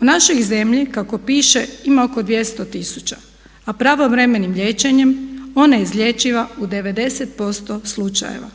U našoj zemlji kako piše ima oko 200 tisuća a pravovremenim liječenjem ona je izlječiva u 90% slučajeva.